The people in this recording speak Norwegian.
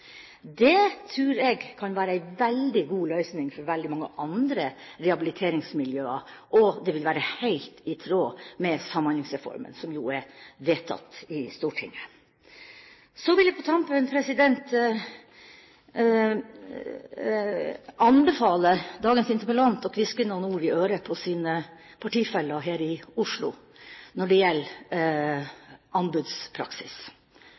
Det tror jeg kan være en veldig god løsning for veldig mange andre rehabiliteringsmiljøer, og det vil være helt i tråd med Samhandlingsreformen, som jo er vedtatt i Stortinget. Så vil jeg på tampen anbefale interpellanten å hviske sine partifeller her i Oslo noen ord i øret når det gjelder anbudspraksis. Det er jo alminnelig kjent nå at når det gjelder